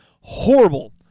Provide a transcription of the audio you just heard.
horrible